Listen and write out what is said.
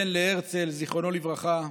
בן להרצל, זכרו לברכה,